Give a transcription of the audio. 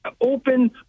open